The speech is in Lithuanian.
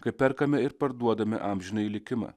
kai perkame ir parduodame amžinąjį likimą